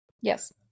yes